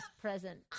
present